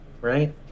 right